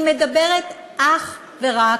היא מדברת אך ורק,